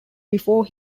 before